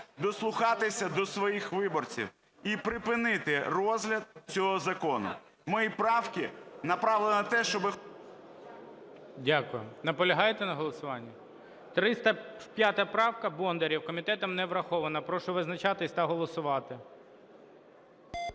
дослухатися до своїх виборців і припинити розгляд цього закону. Мої правки направлені на те, щоб… ГОЛОВУЮЧИЙ. Дякую. Наполягаєте на голосуванні? 305 правка, Бондарєв, комітетом не врахована. Прошу визначатись та голосувати.